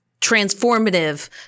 transformative